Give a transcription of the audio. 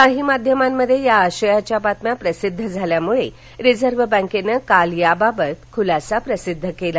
काही माध्यमांमध्ये या आशयाच्या बातम्या प्रसिद्ध झाल्यामुळे रिझर्व बँकेनं काल याबाबत खुलासा प्रसिद्ध केला